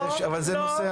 סליחה, אבל זה מפריע לי.